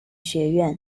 学院